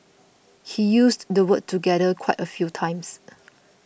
he used the word together quite a few times